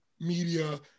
media